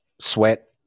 sweat